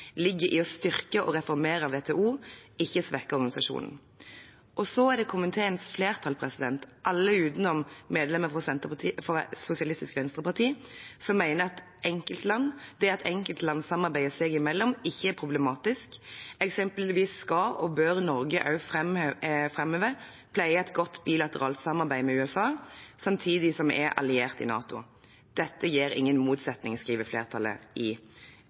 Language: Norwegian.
ligger i å styrke og reformere WTO, ikke svekke organisasjonen. Komiteens flertall, alle utenom medlemmet fra SV, mener at det at enkeltland samarbeider seg imellom, ikke er problematisk. Eksempelvis skal og bør Norge også framover pleie et godt bilateralt samarbeid med USA, samtidig som vi er alliert i NATO. Dette gir ingen motsetning, skriver flertallet i